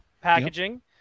packaging